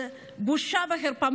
בושה וחרפה.